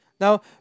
Now